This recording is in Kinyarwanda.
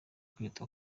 kwita